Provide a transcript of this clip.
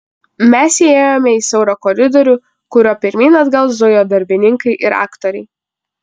mes įėjome į siaurą koridorių kuriuo pirmyn atgal zujo darbininkai ir aktoriai